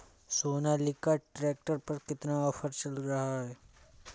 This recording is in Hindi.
सोनालिका ट्रैक्टर पर कितना ऑफर चल रहा है?